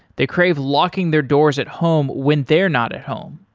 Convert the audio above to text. they crave locking their doors at home when they're not at home.